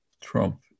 Trump